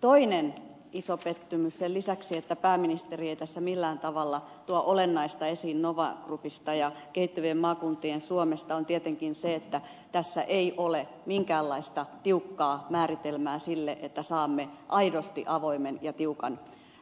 toinen iso pettymys sen lisäksi että pääministeri ei tässä millään tavalla tuo olennaista esiin nova groupista ja kehittyvien maakuntien suomesta on tietenkin se että tässä ei ole minkäänlaista tiukkaa määritelmää sille että saamme aidosti avoimen ja